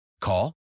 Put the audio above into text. call